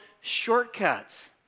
shortcuts